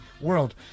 world